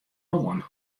oan